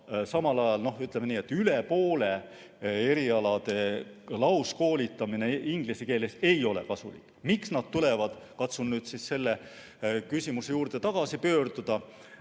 rohkem kui pooltel erialadel lauskoolitamine inglise keeles ei ole kasulik. Miks nad tulevad? Katsun selle küsimuse juurde tagasi pöörduda.